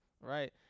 right